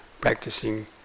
practicing